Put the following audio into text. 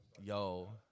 Yo